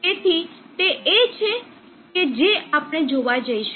તેથી તે એ છે જે આપણે જોવા જઈશું